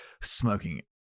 smoking